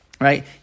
right